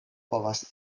povas